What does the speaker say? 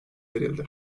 verildi